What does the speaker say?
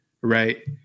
right